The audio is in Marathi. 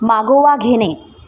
मागोवा घेणे